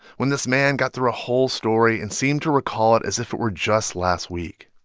when this man got through a whole story and seemed to recall it as if it were just last week.